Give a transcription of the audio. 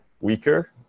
weaker